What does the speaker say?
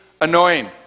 annoying